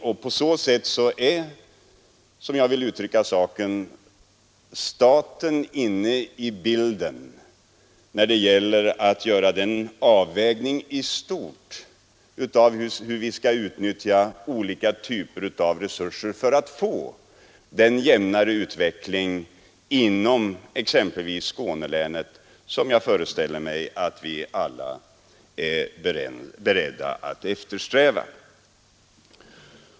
Därigenom är, som jag vill uttrycka saken, staten inne i bilden vid avvägningen i stort när det gäller hur vi skall utnyttja olika resurser för att få den jämnare utveckling inom exempelvis Skånelänet som jag föreställer mig att vi alla är beredda att eftersträva.